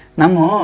namo